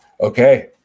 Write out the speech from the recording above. Okay